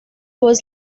was